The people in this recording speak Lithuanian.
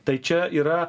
tai čia yra